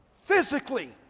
physically